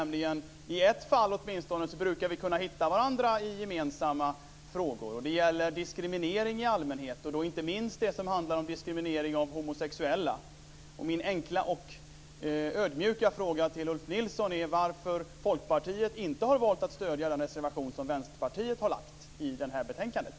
Vi brukar nämligen i åtminstone ett fall kunna hitta varandra. Det gäller diskriminering i allmänhet, då inte minst diskriminering av homosexuella. Min enkla och ödmjuka fråga till Ulf Nilsson är varför Folkpartiet inte har valt att stödja den reservation som Vänsterpartiet har fogat till det här betänkandet.